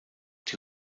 die